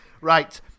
Right